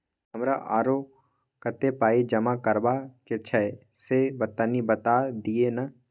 हमरा आरो कत्ते पाई जमा करबा के छै से तनी बता दिय न?